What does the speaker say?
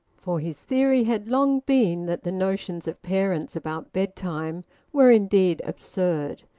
for his theory had long been that the notions of parents about bedtime were indeed absurd,